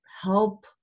help